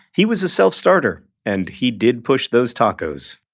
he was a self-starter and he did push those tacos.